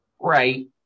Right